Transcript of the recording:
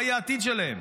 מה יהיה העתיד שלהם?